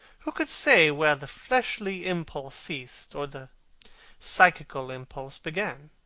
who could say where the fleshly impulse ceased, or the psychical impulse began?